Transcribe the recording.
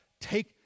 take